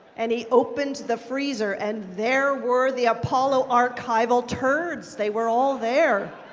and he opened the freezer, and there were the apollo archival turds. they were all there.